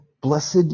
blessed